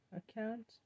account